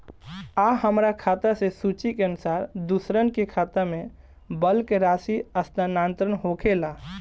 आ हमरा खाता से सूची के अनुसार दूसरन के खाता में बल्क राशि स्थानान्तर होखेला?